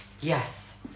Yes